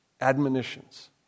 admonitions